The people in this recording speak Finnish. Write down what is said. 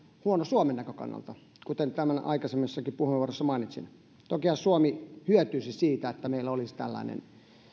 huono suomen näkökannalta kuten tänään aikaisemmissakin puheenvuoroissa mainitsin tokihan suomi hyötyisi siitä että meillä olisi tällainen